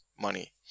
money